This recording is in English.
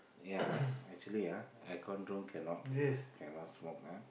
ya ah actually ah air con room cannot cannot smoke ah